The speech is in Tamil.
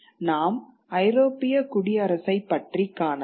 நாம் ஐரோப்பிய குடியரசை பற்றி காணலாம்